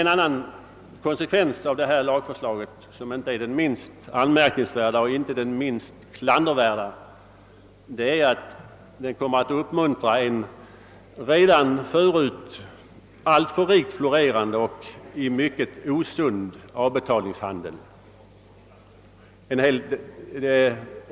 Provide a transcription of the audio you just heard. En annan konsekvens av lagförslaget, som inte är den minst anmärkningsvärda och den minst klandervärda, är att den redan förut alltför rikt florerande och osunda avbetalningshandeln uppmuntras.